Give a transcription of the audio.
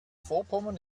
vorpommern